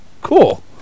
Cool